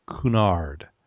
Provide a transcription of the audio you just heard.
Cunard